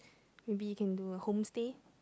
maybe you can do a home stay